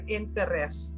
interest